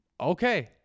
Okay